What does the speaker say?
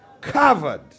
Covered